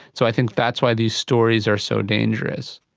so i think that's why these stories are so dangerous.